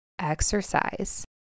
exercise